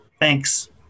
Thanks